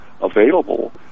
available